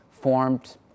formed